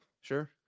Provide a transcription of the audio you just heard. Sure